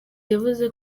yavuze